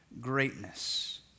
greatness